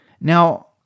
Now